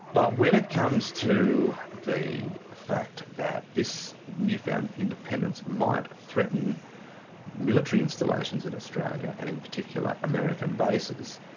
but when it comes to the fact that this new-found independence might threaten military installations in australia and in particular, american bases,